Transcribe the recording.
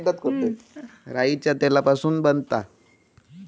राईच्या तेलापासून बनता